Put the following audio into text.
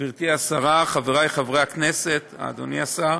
גברתי השרה, חבריי חברי הכנסת, אדוני השר,